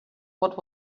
what